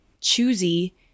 choosy